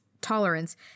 tolerance